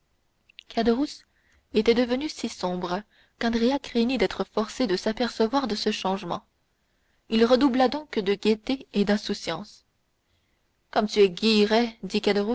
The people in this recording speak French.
était devenu si sombre qu'andrea craignit d'être forcé de s'apercevoir de ce changement il redoubla donc de gaieté et d'insouciance comme tu es guilleret